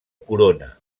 corona